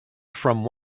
from